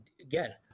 again